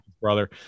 brother